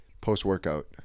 post-workout